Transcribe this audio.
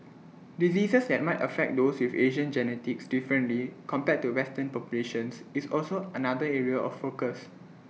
diseases that might affect those with Asian genetics differently compared to western populations is also another area of focus